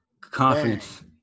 Confidence